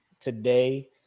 today